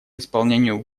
исполнению